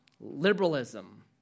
Liberalism